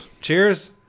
cheers